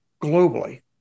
globally